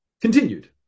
continued